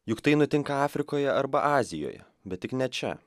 juk tai nutinka afrikoje arba azijoje bet tik ne čia